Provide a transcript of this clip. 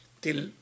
till